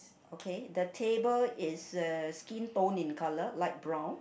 okay the table is uh skin tone in colour light brown